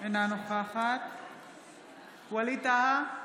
אינה נוכחת ווליד טאהא,